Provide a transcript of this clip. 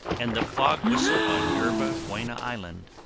and the fog whistle on yerba buena island,